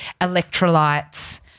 electrolytes